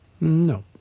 No